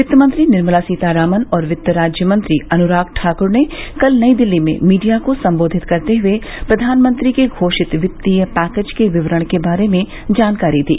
वित्त मंत्री निर्मला सीतारामन और वित्त राज्य मंत्री अनुराग ठाक्र ने कल नई दिल्ली में मीडिया को संबोधित करते हुए प्रधानमंत्री के घोषित वित्तीय पैकेज के विवरण के बारे में जानकारी दी